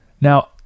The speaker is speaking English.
Now